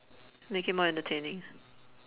make it more entertaining